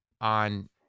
on